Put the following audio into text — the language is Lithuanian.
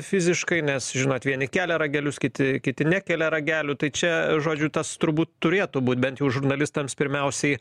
fiziškai nes žinot vieni kelia ragelius kiti kiti nekelia ragelių tai čia žodžiu tas turbūt turėtų būt bent jau žurnalistams pirmiausiai